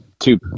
two